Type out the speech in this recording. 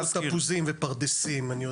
לא היו פה תפוזים ופרדסים, אני יודע.